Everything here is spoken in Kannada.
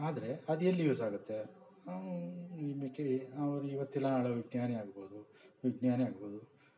ಆದರೆ ಅದೆಲ್ಲಿ ಯೂಸ್ ಆಗುತ್ತೆ ಅವ ಅವ್ರು ಇವತ್ತಿಲ್ಲ ನಾಳೆ ವಿಜ್ಞಾನಿ ಆಗ್ಬೋದು ವಿಜ್ಞಾನಿ ಆಗ್ಬೋದು